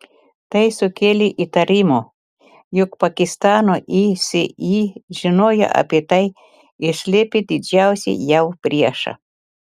tai sukėlė įtarimų jog pakistano isi žinojo apie tai ir slėpė didžiausią jav priešą